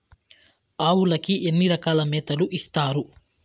ఆవులకి ఎన్ని రకాల మేతలు ఇస్తారు?